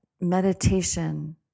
meditation